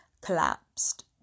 collapsed